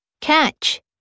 catch